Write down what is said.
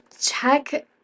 check